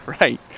Right